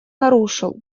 нарушил